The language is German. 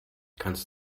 kannst